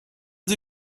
sie